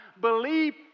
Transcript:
believe